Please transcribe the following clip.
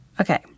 Okay